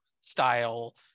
style